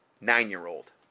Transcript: Nine-year-old